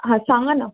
हां सांगा ना